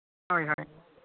ᱦᱳᱭ ᱦᱳᱭ